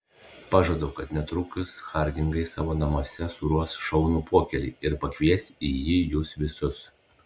pažadu kad netrukus hardingai savo namuose suruoš šaunų pokylį ir pakvies į jį jus visus